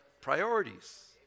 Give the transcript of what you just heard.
Priorities